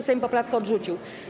Sejm poprawkę odrzucił.